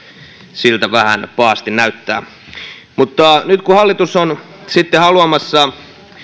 siltä vähän pahasti näyttää mutta nyt kun hallitus on sitten haluamassa